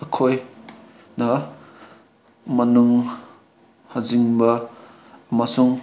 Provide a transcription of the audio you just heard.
ꯑꯩꯈꯣꯏꯅ ꯃꯅꯨꯡ ꯍꯟꯖꯤꯟꯕ ꯑꯃꯁꯨꯡ